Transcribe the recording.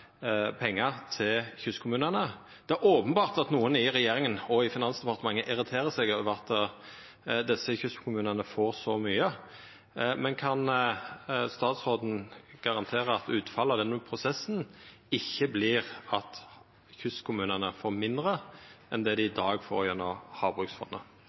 pengar til kystkommunane. Det er openbert at nokon i regjeringa og i Finansdepartementet irriterer seg over at kystkommunane får så mykje, men kan statsråden garantera at utfallet av denne prosessen ikkje vert at kystkommunane får mindre enn det dei i dag får gjennom Havbruksfondet?